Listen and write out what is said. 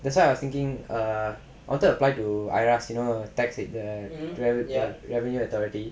that's why I was thinking err I wanted to apply to I_R_A_S you know tax revenue authority